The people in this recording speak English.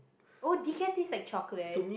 oh decaf tastes like chocolate